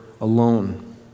alone